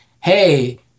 hey